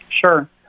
Sure